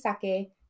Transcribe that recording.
sake